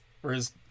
Whereas